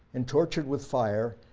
and tortured with fire,